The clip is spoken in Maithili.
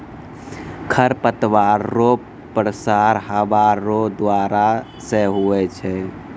खरपतवार रो प्रसार हवा रो द्वारा से हुवै छै